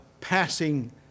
passing